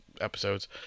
episodes